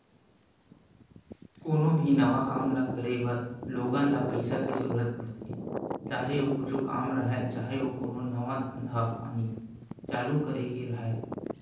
कोनो भी नवा काम ल करे बर लोगन ल पइसा के जरुरत पड़थे, चाहे ओ कुछु काम राहय, चाहे ओ कोनो नवा धंधा पानी चालू करे के राहय